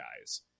guys